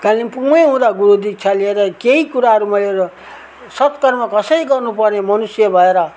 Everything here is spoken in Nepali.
कालिम्पोङमै हुँदा गुरु दिक्षा लिएर केही कुराहरू मैले सत् कर्म कसरी गर्नुपऱ्यो मनुष्य भएर